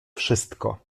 wszystko